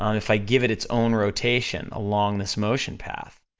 um if i give it its own rotation along this motion path,